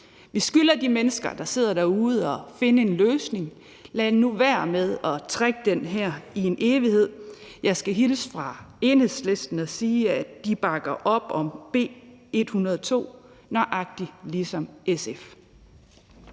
Vi skylder de mennesker, der sidder derude, at finde en løsning. Så lad nu være med at trække det her ud i en evighed. Jeg skal hilse fra Enhedslisten og sige, at de bakker op om B 102, nøjagtig ligesom SF